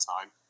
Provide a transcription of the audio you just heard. time